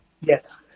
Yes